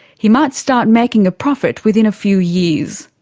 he might start making a profit within a few years.